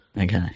Okay